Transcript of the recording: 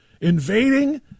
invading